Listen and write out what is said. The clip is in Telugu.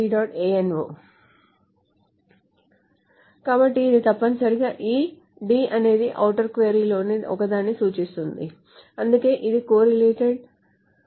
ano కాబట్టి ఇది తప్పనిసరిగా ఈ D అనేది ఔటర్ క్వరీ లోని ఒకదాన్ని సూచిస్తుంది అందుకే ఇది కొర్రీలేటెడ్ క్వరీ